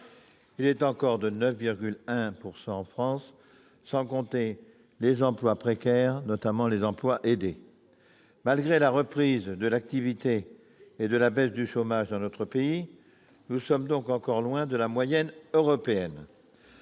Il est encore de 9,1 % en France, sans compter les emplois précaires, notamment les emplois aidés. Malgré la reprise de l'activité et la baisse du chômage dans notre pays, nous sommes donc loin de la moyenne européenne.